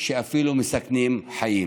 שאפילו מסכנים חיים.